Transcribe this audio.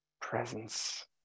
presence